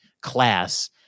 class